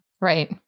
Right